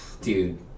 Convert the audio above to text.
dude